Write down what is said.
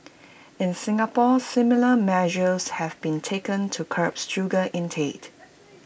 in Singapore similar measures have been taken to curb sugar intake